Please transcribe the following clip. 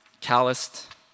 calloused